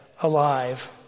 alive